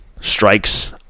strikes